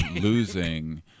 losing